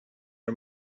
are